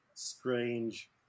strange